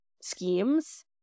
schemes